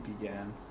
began